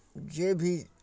जे भी